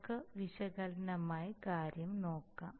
നമുക്ക് വിശകലനമായി കാര്യം നോക്കാം